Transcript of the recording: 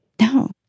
no